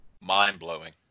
Mind-blowing